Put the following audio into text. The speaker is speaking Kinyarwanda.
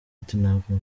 ati”ntabwo